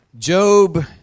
Job